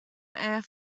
air